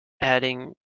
adding